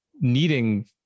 needing